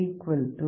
9 mV